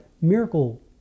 miracle